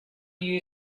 you